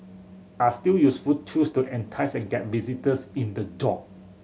are still useful tools to entice and get visitors in the door